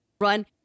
run